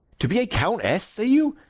to be a countess, say you,